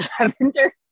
lavender